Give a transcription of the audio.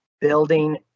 building